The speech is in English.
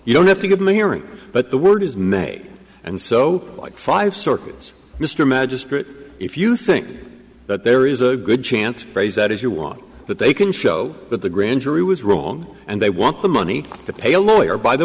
you don't have to give them a hearing but the word is made and so like five circuits mr magistrate if you think that there is a good chance phrase that is you want that they can show that the grand jury was wrong and they want the money to pay a lawyer by the